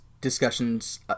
discussions